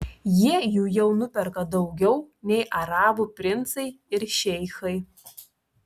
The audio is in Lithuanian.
jie jų jau nuperka daugiau nei arabų princai ir šeichai